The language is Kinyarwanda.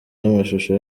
n’amashusho